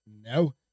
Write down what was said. No